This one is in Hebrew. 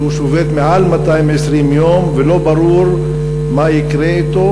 ששובת מעל 220 יום ולא ברור מה יקרה אתו.